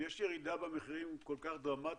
אם יש ירידה במחירים כל כך דרמטית,